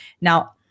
Now